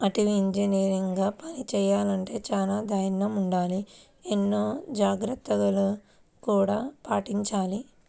అటవీ ఇంజనీరుగా పని చెయ్యాలంటే చానా దైర్నం ఉండాల, ఎన్నో జాగర్తలను గూడా పాటించాల